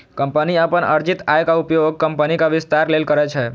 company अपन अर्जित आयक उपयोग कंपनीक विस्तार लेल करै छै